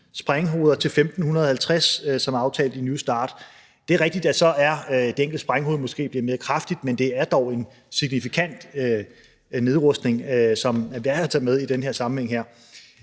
sprænghoveder til 1.550 som aftalt i New START. Det er rigtigt, at det enkelte sprænghoved måske er blevet mere kraftigt, men det er dog en signifikant nedrustning, som er værd at tage med i den her sammenhæng.